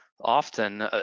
often